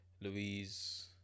Louise